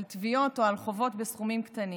על תביעות או על חובות בסכומים קטנים.